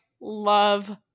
love